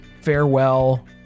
farewell